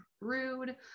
rude